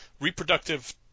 reproductive